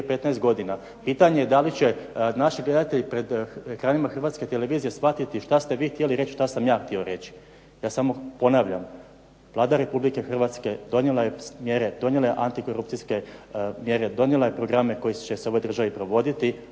15 godina. Pitanje je da li će naši gledatelji pred ekranima Hrvatske televizije shvatiti šta ste vi htjeli reći, šta sam ja htio reći. Ja samo ponavljam, Vlada Republike Hrvatske donijela je mjere, donijela je antikorupcijske mjere, donijela je programe koji će se u ovoj državi provoditi,